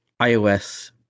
iOS++